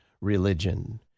religion